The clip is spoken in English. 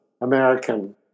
American